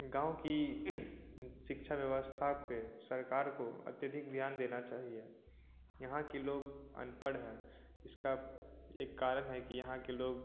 गाँव की शिक्षा व्यवस्था पर सरकार को अत्यधिक ध्यान देना चाहिए यहाँ के लोग अनपढ़ हैं इसका एक कारण है कि यहाँ के लोग